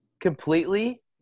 completely